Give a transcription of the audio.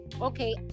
okay